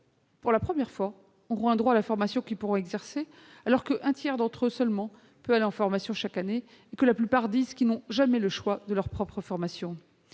pour la première fois, auront un droit à la formation et pourront l'exercer : à ce jour, un tiers d'entre eux seulement peuvent aller en formation chaque année, et la plupart disent qu'ils n'ont jamais le choix de leur propre formation.